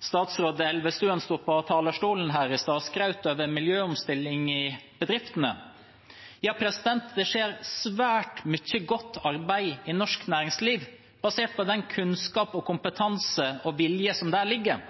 Statsråd Elvestuen sto på talerstolen her i stad og skrøt av en miljøomstilling i bedriftene. Ja, det skjer svært mye godt arbeid i norsk næringsliv basert på den kunnskap, kompetanse og vilje som ligger der.